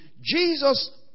Jesus